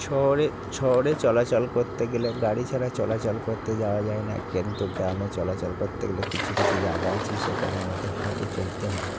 শহরে শহরে চলাচল করতে গেলে গাড়ি ছাড়া চলাচল করতে যাওয়া যায় না কিন্তু গ্রামে চলাচল করতে গেলে কিছু কিছু জাগা আছে সেখানে আমাদের হেঁটে চলতে হয়